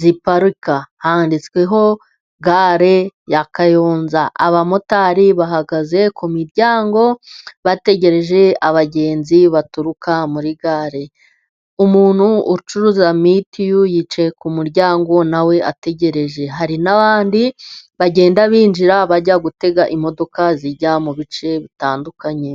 ziparika, handitsweho gare ya Kayonza. Abamotari bahagaze ku miryango, bategereje abagenzi baturuka muri gare, umuntu ucuruza mitiyu yicaye ku muryango, na we ategereje, hari n'abandi bagenda binjira bajya gutega imodoka zijya mu bice bitandukanye.